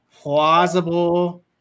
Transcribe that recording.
plausible